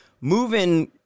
moving